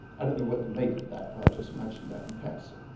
i don't know what to make of that but i'll just mention that in passing.